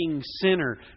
sinner